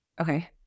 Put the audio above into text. Okay